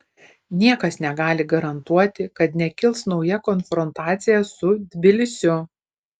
niekas negali garantuoti kad nekils nauja konfrontacija su tbilisiu